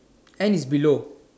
and is below